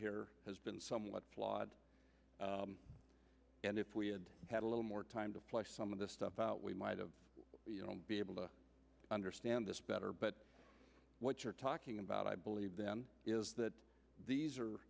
here has been somewhat flawed and if we had had a little more time to fly some of the stuff out we might have be able to understand this better but what you're talking about i believe is that these are